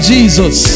Jesus